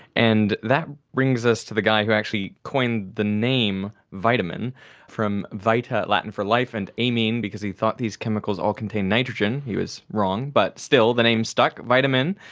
and that brings us to the guy who actually coined the name vitamin from vita, latin for life, and amine because he thought these chemicals all contained nitrogen. he was wrong. but still, the name stuck, vitamin.